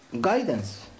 guidance